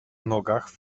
nogach